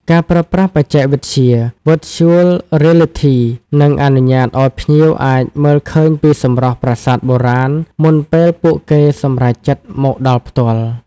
ការប្រើប្រាស់បច្ចេកវិទ្យា Virtual Reality នឹងអនុញ្ញាតឱ្យភ្ញៀវអាចមើលឃើញពីសម្រស់ប្រាសាទបុរាណមុនពេលពួកគេសម្រេចចិត្តមកដល់ផ្ទាល់។